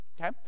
Okay